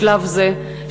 בשלב זה,